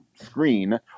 screen